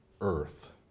earth